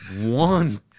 one